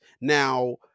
Now